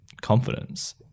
confidence